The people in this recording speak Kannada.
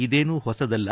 ಇದೇನು ಹೊಸದಲ್ಲ